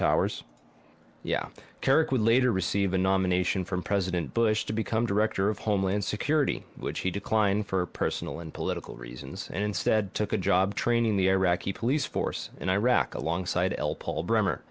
would later receive a nomination from president bush to become director of homeland security which he declined for personal and political reasons and instead took a job training the iraqi police force in iraq alongside l paul bremer